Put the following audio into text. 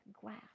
glass